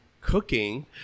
cooking